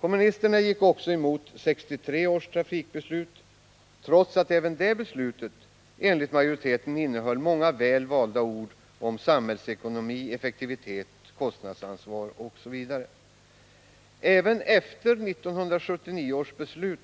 Kommunisterna gick också emot 1963 års trafikbeslut, trots att även detta beslut enligt majoriteten innehöll många väl valda ord om ”samhällsekonomi”, ”effektivitet”, ”kostnadsansvar” osv. Även efter 1979 års beslut